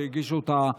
שהגישו אותה לפניי.